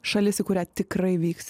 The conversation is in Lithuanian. šalis į kurią tikrai vyksi